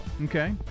Okay